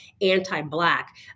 anti-Black